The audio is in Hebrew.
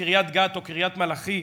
בתושבי קריית-גת או קריית-מלאכי,